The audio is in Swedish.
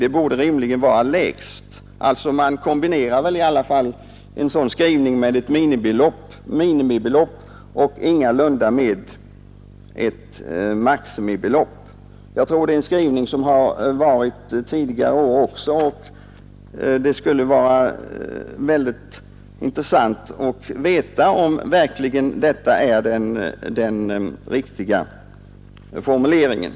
— Det borde rimligen stå ”lägst”. Man kombinerar väl en sådan regel och skrivning med ett minimibelopp och inte med ett maximibelopp. Denna formulering har funnits också tidigare år, och det skulle vara mycket intressant att veta om det verkligen är den riktiga formuleringen.